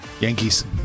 Yankees